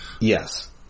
Yes